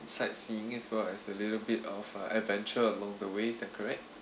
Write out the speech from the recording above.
sightseeing as well as a little bit of a adventure along the way is that correct